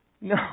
No